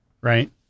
right